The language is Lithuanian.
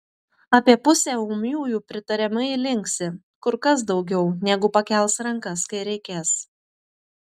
apie pusę ūmiųjų pritariamai linksi kur kas daugiau negu pakels rankas kai reikės